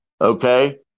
okay